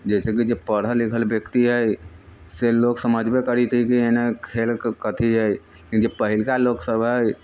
जैसे कि जे पढ़ल लिखल व्यक्ति है से लोक समझबै करति है कि एना खेलके कथि है लेकिन जे पहिलका लोक सभ है